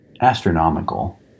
astronomical